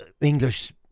English